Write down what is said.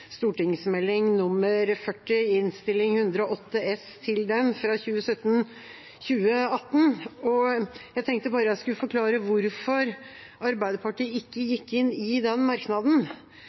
40 i Innst. 108 S for 2017–2018. Jeg tenkte bare jeg skulle forklare hvorfor Arbeiderpartiet ikke gikk inn i den merknaden.